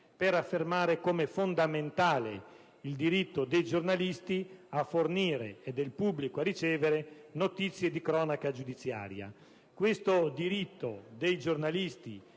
per affermare come fondamentale il diritto dei giornalisti a fornire e del pubblico a ricevere notizie di cronaca giudiziaria. Questo diritto dei giornalisti